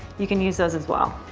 you can use those as well.